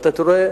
ואתה רואה,